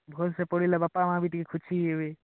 ଭଲ୍ସେ ପଢ଼ିଲେ ବାପା ମାଆ ବି ଟିକେ ଖୁସି ହେବେ